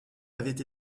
avait